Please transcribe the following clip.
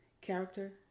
character